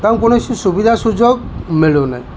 ତାଙ୍କୁ କୌଣସି ସୁବିଧା ସୁଯୋଗ ମିଳୁନି